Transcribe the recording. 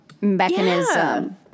mechanism